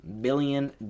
billion